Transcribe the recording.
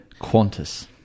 Qantas